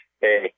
hey